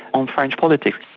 on french politics.